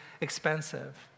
expensive